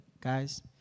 guys